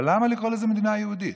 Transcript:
אבל למה לקרוא לזה מדינה יהודית?